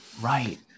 Right